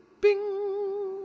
bing